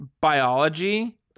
biology